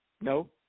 No